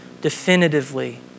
definitively